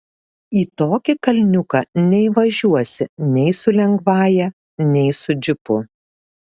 į tokį kalniuką neįvažiuosi nei su lengvąja nei su džipu